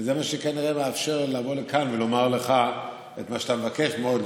וזה מה שכנראה מאפשר לעמוד כאן ולומר לך את מה שאתה מבקש מאוד לשמוע.